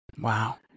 Wow